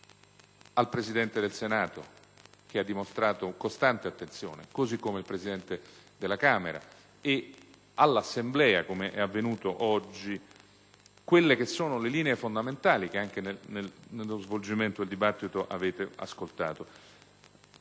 al Presidente del Senato, che ha dimostrato costante attenzione, così come il Presidente della Camera, e all'Assemblea, com'è avvenuto oggi, le linee fondamentali che anche nello svolgimento del dibattito avete ascoltato?